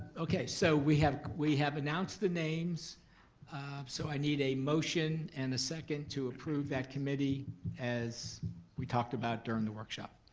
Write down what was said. so we have we have announced the names so i need a motion and a second to approve that committee as we talked about during the workshop.